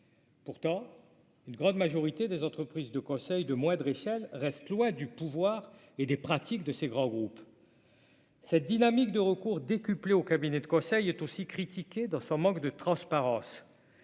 Pourtant, une grande majorité des entreprises de conseil de moindre échelle reste loin du pouvoir et des pratiques de ces grands groupes. Cette dynamique de recours des. Couplée au cabinet de conseil est aussi critiqué dans son manque de transparence,